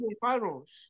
Finals